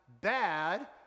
bad